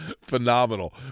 phenomenal